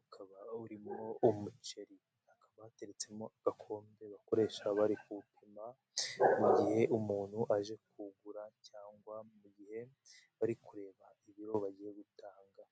ukaba urimo umuceri, hakaba hateretsemo agakombe bakoresha bari kupima mu gihe umuntu aje kuwugura cyangwa mu gihe bari kureba ibiro bagiye gutanga.